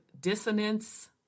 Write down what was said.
dissonance